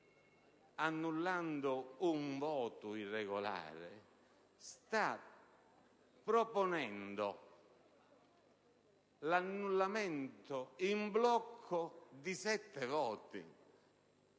annullando un voto irregolare: sta proponendo l'annullamento in blocco di sette voti.